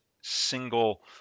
single